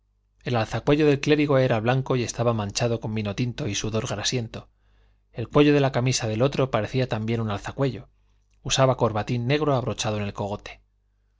el alzacuello del clérigo era blanco y estaba manchado con vino tinto y sudor grasiento el cuello de la camisa del otro parecía también un alzacuello usaba corbatín negro abrochado en el cogote